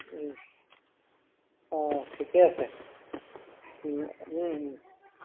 অঁ ঠিকেই আছে